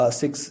six